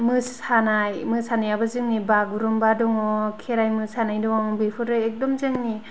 मोसानाय मोसानायाबो जोंनि बागुरुम्बा दङ' खेराय मोसानाय दं बेफोरो एकदम जोंनि